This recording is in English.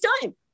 time